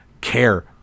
care